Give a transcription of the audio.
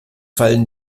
fallen